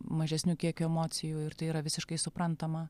mažesniu kiekiu emocijų ir tai yra visiškai suprantama